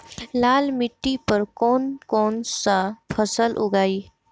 लाल मिट्टी पर कौन कौनसा फसल उगाई?